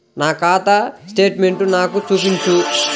నా ఖాతా స్టేట్మెంట్ను నాకు చూపించు